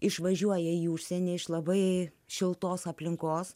išvažiuoja į užsienį iš labai šiltos aplinkos